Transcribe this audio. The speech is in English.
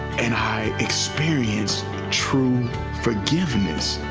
and i experienced true forgiveness.